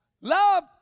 Love